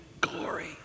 glory